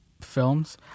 films